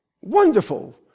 Wonderful